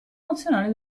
nazionale